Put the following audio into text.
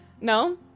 No